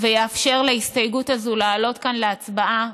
ויאפשר להסתייגות הזאת לעלות כאן להצבעה,